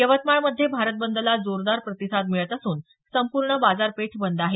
यवतमाळ मध्ये भारत बंद ला जोरदार प्रतिसाद मिळत असून संपूर्ण बाजारपेठ बंद आहे